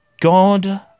God